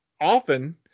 often